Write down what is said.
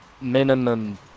minimum